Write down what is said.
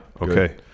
Okay